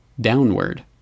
downward